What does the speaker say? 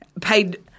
paid